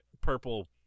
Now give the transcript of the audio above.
purple